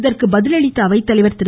இதற்கு பதிலளித்த அவைத்தலைவர் திரு